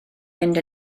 mynd